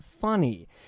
funny